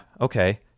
Okay